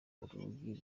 urugi